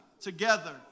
Together